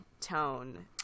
tone